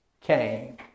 came